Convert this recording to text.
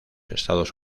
estados